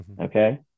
okay